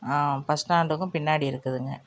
bus ஸ்டாண்டுக்கும் பின்னாடி இருக்குதுங்க